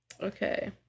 Okay